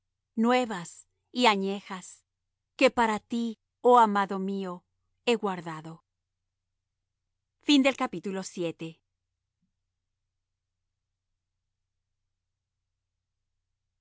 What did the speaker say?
nuevas y añejas que para ti oh amado mío he guardado oh